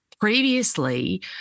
Previously